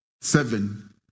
Seven